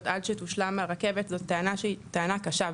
עד שתושלם הרכבת - זו טענה שהיא טענה קשה.